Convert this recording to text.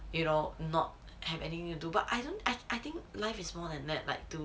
you will not have anything to do but I don't I think life is more than that like to